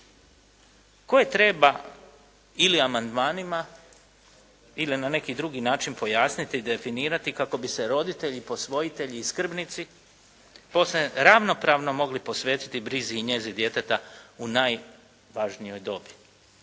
koje treba ili amandmanima ili na neki drugi način pojasniti, definirati kako bi se roditelji, posvojitelji i skrbnici posve ravnopravno mogli posvetiti brizi i njezi djeteta u najvažnijoj dobi.